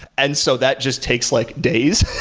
and so that just takes like days.